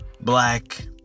black